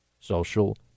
social